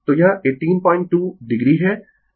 तो यह 182 o है